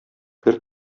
гер